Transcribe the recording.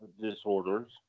disorders